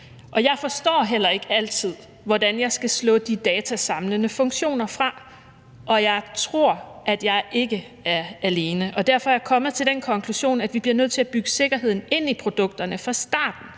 dig. Jeg forstår heller ikke altid, hvordan jeg skal slå de datasamlende funktioner fra, og jeg tror, at jeg ikke er alene. Derfor er jeg kommet til den konklusion, at vi bliver nødt til at bygge sikkerheden ind i produkterne fra starten,